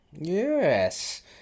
Yes